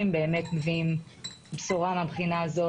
באמת מביאים בשורה לצרכנים מהבחינה הזו,